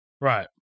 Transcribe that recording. Right